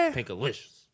Pinkalicious